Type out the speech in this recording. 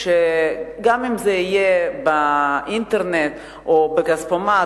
גם אם זה יהיה באינטרנט או בכספומט,